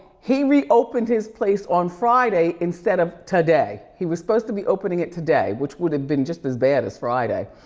he reopened his place on friday instead of today. he was supposed to be opening it today, which would have been just as bad as friday.